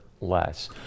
less